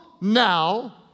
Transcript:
now